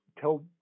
Tell